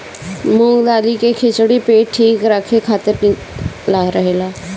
मूंग दाली के खिचड़ी पेट ठीक राखे खातिर निक रहेला